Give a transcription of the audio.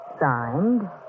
Signed